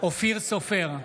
אופיר סופר,